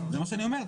זה מה שאני אומר,